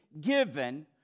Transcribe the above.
given